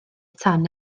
tan